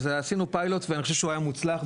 אז עשינו פיילוט ואני חושב שהוא היה מוצלח,